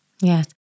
Yes